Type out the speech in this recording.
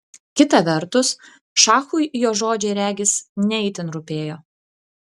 kita vertus šachui jo žodžiai regis ne itin rūpėjo